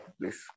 please